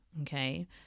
okay